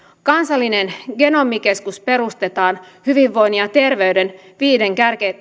kansallinen genomikeskus perustetaan hyvinvoinnin ja terveyden viiden